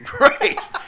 right